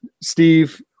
Steve